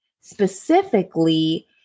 specifically